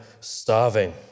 starving